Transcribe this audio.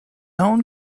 own